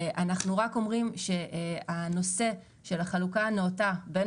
אנו רק אומרים שהנושא של החלוקה הנאותה בין